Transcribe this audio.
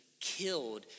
killed